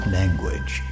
language